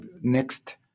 next